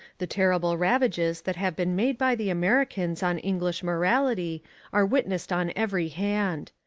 the terrible ravages that have been made by the americans on english morality are witnessed on every hand.